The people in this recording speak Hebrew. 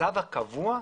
במצב הקבוע,